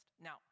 Now